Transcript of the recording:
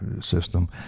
system